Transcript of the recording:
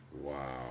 Wow